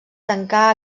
tancar